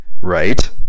Right